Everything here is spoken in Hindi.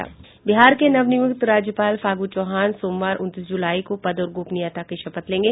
बिहार के नवनियुक्त राज्यपाल फागु चौहान सोमवार उनतीस जुलाई को पद और गोपनीयता की शपथ लेंगे